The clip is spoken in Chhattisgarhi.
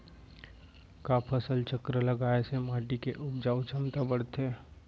का फसल चक्र लगाय से माटी के उपजाऊ क्षमता बढ़थे?